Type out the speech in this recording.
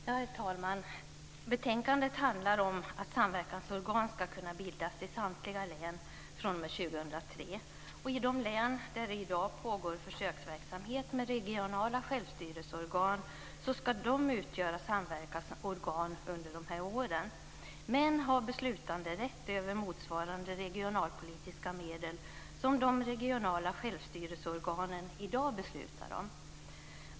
Herr talman! Betänkandet handlar om att samverkansorgan ska kunna bildas i samtliga län fr.o.m. år 2003. I de län där det i dag pågår försöksverksamhet med regionala självstyrelseorgan ska de utgöra samverkansorgan under de här åren, men ha beslutanderätt över motsvarande regionalpolitiska medel som de regionala självstyrelseorganen i dag beslutar om.